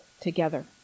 together